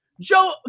Joe